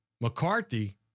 McCarthy